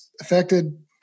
affected